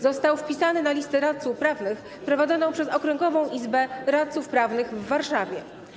Został wpisany na listę radców prawnych prowadzoną przez Okręgową Izbę Radców Prawnych w Warszawie.